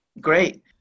Great